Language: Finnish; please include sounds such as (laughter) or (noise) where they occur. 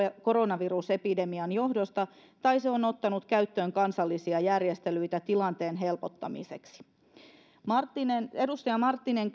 koronavirusepidemian johdosta tai se on ottanut käyttöön kansallisia järjestelyitä tilanteen helpottamiseksi edustaja marttinen (unintelligible)